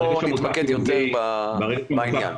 בוא נתמקד יותר בעניין.